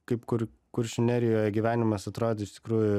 kaip kur kuršių nerijoje gyvenimas atrodė iš tikrųjų